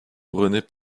couronnés